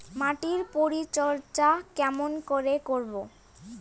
মাটির পরিচর্যা কেমন করে করব?